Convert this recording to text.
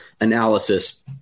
analysis